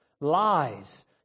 Lies